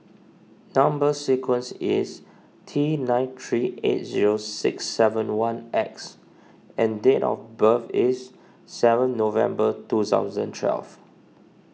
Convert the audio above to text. Number Sequence is T nine three eight zero six seven one X and date of birth is seven November two thousand twelve